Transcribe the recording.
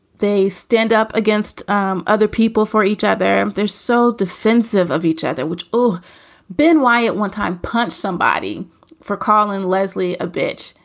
they stand up against um other people for each other. and they're so defensive of each other, which all ben, why at one time punched somebody for carl and leslie, a bitch.